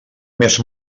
més